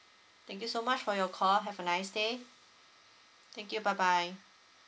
thank you so much for your call have a nice day thank you bye bye